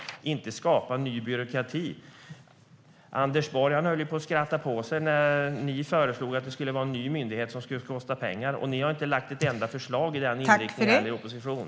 Vi ska inte skapa ny byråkrati. Anders Borg höll ju på att skratta på sig när ni föreslog en ny myndighet som skulle kosta pengar, och ni har inte lagt fram ett enda förslag med den inriktningen nu när ni är i opposition.